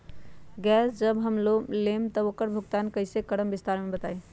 Gas जब हम लोग लेम त उकर भुगतान कइसे करम विस्तार मे बताई?